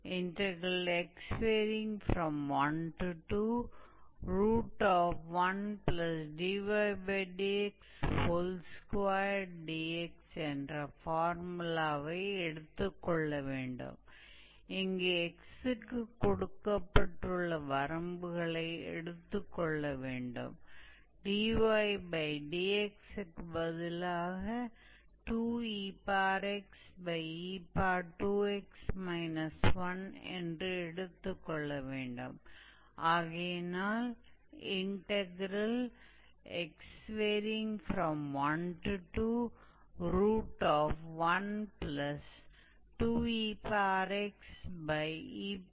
तो यह एक कर्व हो सकता है मुझे यकीन नहीं है लेकिन हम काल्पनिक रूप से कहें यह कुछ इस तरह का कर्व हो सकता है और फिर यह हमारा बिंदु है x a और यह हमारा बिंदु है 𝑥 2 और हम मूल रूप से इस आर्क की लंबाई की गणना करने में रुचि रखते हैं